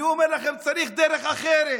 אני אומר לכם, צריך דרך אחרת.